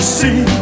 See